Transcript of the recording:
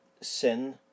sin